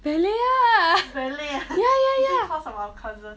ballet ah ya ya ya